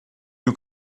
you